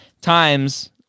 Times